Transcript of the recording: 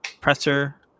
presser